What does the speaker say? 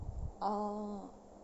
orh